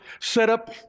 setup